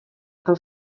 amb